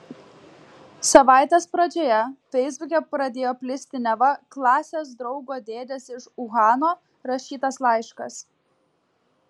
savaitės pradžioje feisbuke pradėjo plisti neva klasės draugo dėdės iš uhano rašytas laiškas